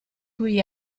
cui